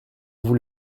vous